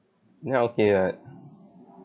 now okay [what]